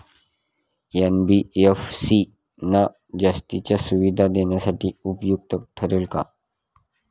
NBFC ना जास्तीच्या सुविधा देण्यासाठी उपयुक्त ठरेल का?